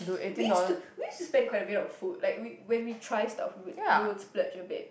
we used to we used to spend quite a bit on food like we when we try stuff we would splurge a bit